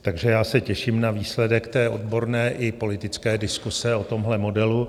Takže já se těším na výsledek odborné i politické diskuse o tomhle modelu.